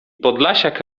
podlasiak